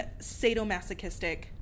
sadomasochistic